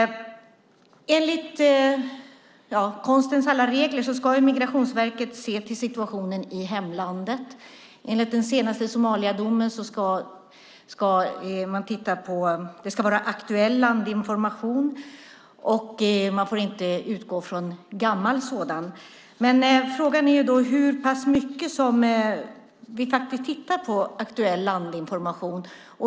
Enligt konstens alla regler ska Migrationsverket se till situationen i hemlandet. Enligt den senaste Somaliadomen ska det vara fråga om aktuell landinformation. Man får inte utgå från gammal sådan. Men hur pass mycket tittar vi på aktuell landinformation?